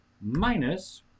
minus